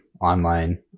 online